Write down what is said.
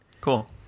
Cool